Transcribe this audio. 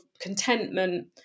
contentment